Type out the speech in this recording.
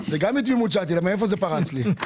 שאלתי גם את זה מתמימות; מאיפה זה פרץ לי?